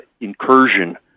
incursion